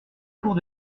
cours